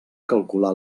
calcular